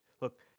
look